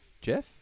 Jeff